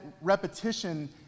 repetition